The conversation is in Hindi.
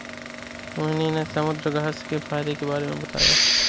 मोहिनी ने समुद्रघास्य के फ़ायदे के बारे में बताया